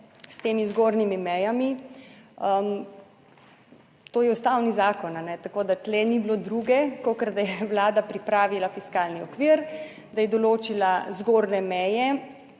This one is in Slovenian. s temi zgornjimi mejami. To je ustavni zakon. Tako da tu ni bilo druge, kakor da je Vlada pripravila fiskalni okvir, da je določila zgornje meje